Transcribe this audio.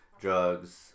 drugs